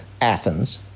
Athens